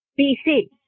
BC